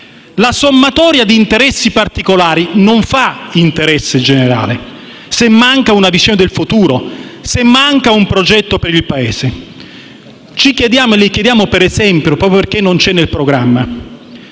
la sommatoria di interessi particolari non fa l'interesse generale, se manca una visione del futuro, se manca un progetto per il Paese. Ci chiediamo e le chiediamo, ad esempio, proprio perché non c'è nel programma: